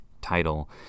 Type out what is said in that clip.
title